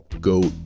goat